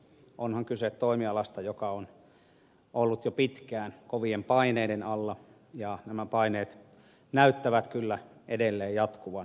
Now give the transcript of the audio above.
onhan kyse toimialasta joka on ollut jo pitkään kovien paineiden alla ja nämä paineet näyttävät kyllä edelleen jatkuvan